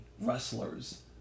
wrestlers